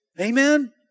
Amen